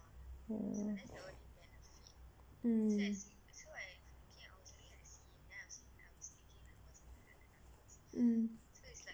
mm mm